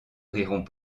riront